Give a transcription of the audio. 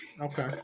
Okay